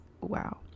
wow